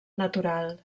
natural